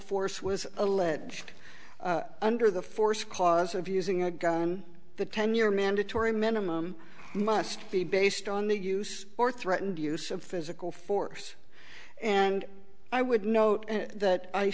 force was alleged under the force cause of using a gun the ten year mandatory minimum must be based on the use or threatened use of physical force and i would note that i